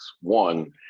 One